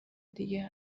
دیگه